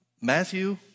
Matthew